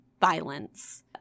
violence